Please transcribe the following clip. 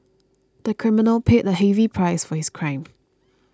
the criminal paid a heavy price for his crime